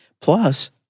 Plus